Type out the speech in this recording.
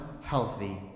healthy